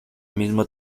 mismo